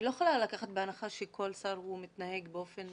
לא יכולה לקחת בהנחה שכל שר מתנהג באופן